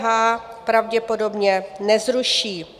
DPH pravděpodobně nezruší.